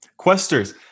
Questers